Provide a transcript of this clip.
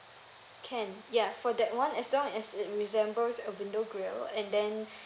can ya for that one as long as it resembles a window grill and then